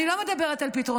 אני לא מדברת על פתרונות.